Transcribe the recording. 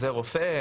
משרד הבריאות,